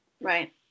Right